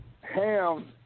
Ham